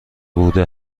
بوده